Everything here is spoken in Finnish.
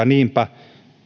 niinpä